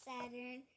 Saturn